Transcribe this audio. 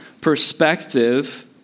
perspective